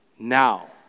Now